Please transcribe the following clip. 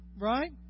right